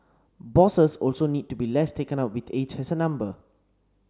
bosses also need to be less taken up with age as a number